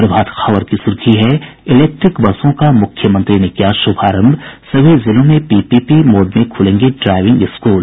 प्रभात खबर की सुर्खी है इलेक्ट्रिक बसों का मुख्यमंत्री ने किया शुभारंभ सभी जिलों में पीपीपी मोड में खुलेंगे ड्राईविंग स्कूल